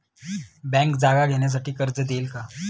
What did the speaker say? Bank जागा घेण्यासाठी कर्ज देईल का?